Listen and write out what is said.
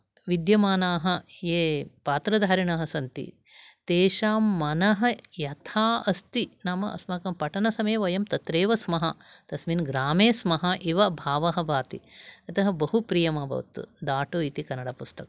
विद्यमानाः ये पात्रधारिणः सन्ति तेषां मनः यथा अस्ति नाम अस्माकं पठनसमये वयं तत्रैव स्मः तस्मिन् ग्रामे स्मः इव भावः भाति अतः बहु प्रियमभवत् दाटु इति कन्नडपुस्तकम्